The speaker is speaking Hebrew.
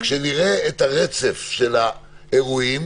כשנראה את הרצף של האירועים,